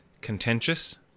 contentious